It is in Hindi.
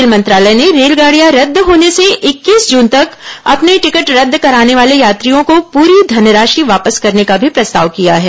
रेल मंत्रालय ने रेलगाडियां रद्द होने से इक्कीस जून तक अपने टिकट रद्द कराने वाले यात्रियों को पूरी धनराशि वापस करने का भी प्रस्ताव किया है